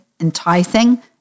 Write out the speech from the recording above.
enticing